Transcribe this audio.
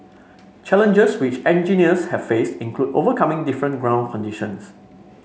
challenges which engineers have faced include overcoming different ground conditions